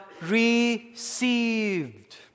received